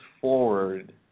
forward